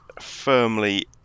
firmly